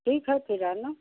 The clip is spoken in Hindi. ठीक है फिर आना